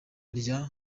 rya